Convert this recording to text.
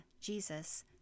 Jesus